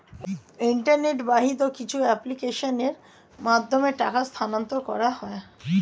internet বাহিত কিছু অ্যাপ্লিকেশনের মাধ্যমে টাকা স্থানান্তর করা হয়